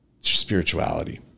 spirituality